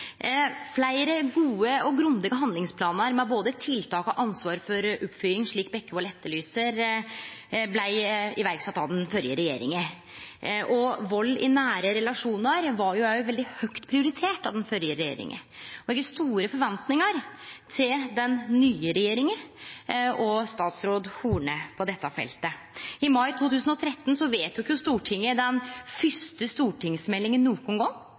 Fleire gode og grundige handlingsplanar med både tiltak og ansvar for oppfylging, slik Bekkevold etterlyser, blei sette i verk av den førre regjeringa. Vald i nære relasjonar var òg veldig høgt prioritert av den førre regjeringa, og eg har store forventningar til den nye regjeringa og statsråd Horne på dette feltet. I mai 2013 behandla Stortinget den fyrste stortingsmeldinga nokon gong